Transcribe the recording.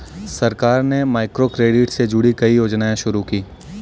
सरकार ने माइक्रोक्रेडिट से जुड़ी कई योजनाएं शुरू की